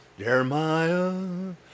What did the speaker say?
Jeremiah